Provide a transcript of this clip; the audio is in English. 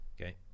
Okay